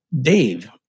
Dave